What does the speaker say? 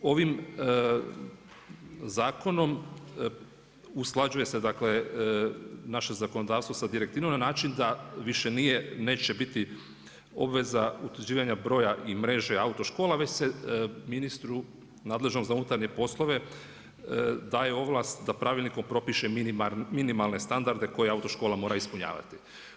Ovim zakonom usklađuje se naše zakonodavstvo sa direktivom, na način da više neće biti obveza utvrđivanje broja i mreže autoškola, već se ministru nadležnom za unutarnje poslove daje ovlast da pravilnikom propiše minimalne standarde koje autoškola mora ispunjavati.